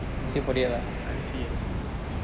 I see I see